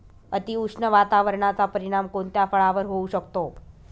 अतिउष्ण वातावरणाचा परिणाम कोणत्या फळावर होऊ शकतो?